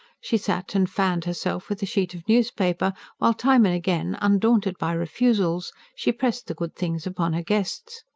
she sat and fanned herself with a sheet of newspaper while, time and again, undaunted by refusals, she pressed the good things upon her guests.